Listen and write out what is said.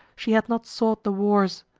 she had not sought the wars!